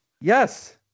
Yes